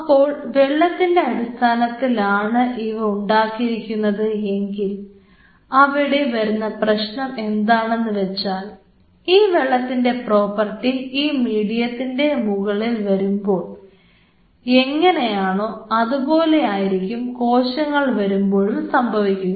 അപ്പോൾ വെള്ളത്തിൻറെ അടിസ്ഥാനത്തിലാണ് ഇവ ഉണ്ടാക്കിയിരിക്കുന്നത് എങ്കിൽ അവിടെ വരുന്ന പ്രശ്നം എന്താണെന്ന് വെച്ചാൽ ഈ വെള്ളത്തിൻറെ പ്രോപ്പർട്ടി ഈ മീഡിയത്തിന്റെ മുകളിൽ വരുമ്പോൾ എങ്ങനെയാണോ അതുപോലെ ആയിരിക്കും കോശങ്ങൾ വരുമ്പോഴും സംഭവിക്കുക